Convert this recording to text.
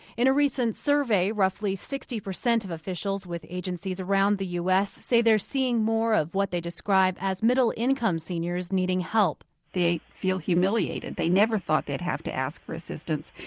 in a recent survey, roughly sixty percent of officials with agencies around the u s. say they're seeing more of what they describe as middle-income seniors needing help they feel humiliated. they never thought they'd have to ask for assistance.